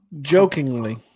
jokingly